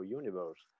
universe